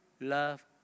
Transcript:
love